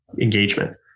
engagement